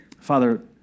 Father